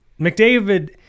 McDavid –